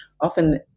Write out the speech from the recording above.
often